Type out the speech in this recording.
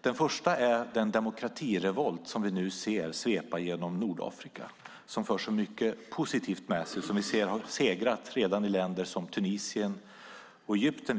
Den första är den demokratirevolt som vi nu ser svepa genom Nordafrika och som för så mycket positivt med sig. Vi ser att den redan har segrat i länder som Tunisien och Egypten.